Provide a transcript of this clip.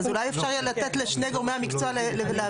אז אולי אפשר יהיה לתת לשני גורמי המקצוע להבהיר.